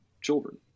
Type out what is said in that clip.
children